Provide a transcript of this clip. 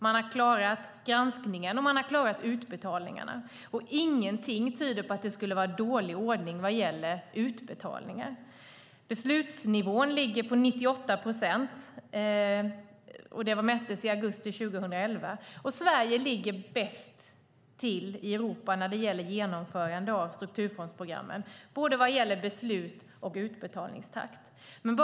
Den har klarat granskningen, och den har klarat utbetalningarna. Ingenting tyder på att det skulle vara dålig ordning vad gäller utbetalningar. Beslutsnivån ligger på 98 procent. Detta mättes i augusti 2011. Sverige ligger bäst till i Europa när det gäller genomförande av strukturfondsprogrammen vad gäller både beslut och utbetalningstakt.